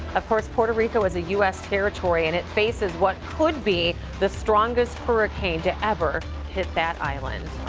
of course, puerto rico is a u s. territory and it faces what could be the strongest hurricane to ever hit that island.